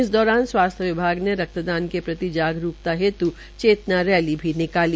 इस दौरान स्वास्थ्य विभाग ने रक्तदान के प्रति जागरूकता रैली भी निकाली